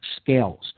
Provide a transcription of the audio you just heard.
scales